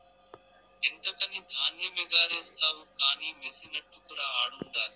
ఎంతకని ధాన్యమెగారేస్తావు కానీ మెసినట్టుకురా ఆడుండాది